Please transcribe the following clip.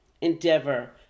endeavor